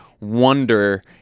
wonder